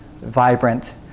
vibrant